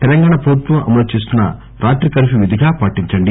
తెలంగాణ ప్రభుత్వం అమలుచేస్తున్న రాత్రి కర్ఫ్యూ విధిగా పాటించండి